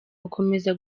gukomeza